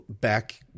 back